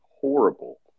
horrible